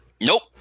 nope